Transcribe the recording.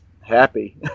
happy